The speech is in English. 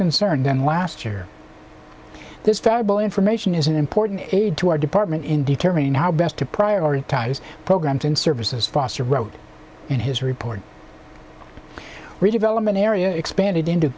concern than last year this terrible information is an important aid to our department in determining how best to prioritize programs and services foster wrote in his report redevelopment area expanded into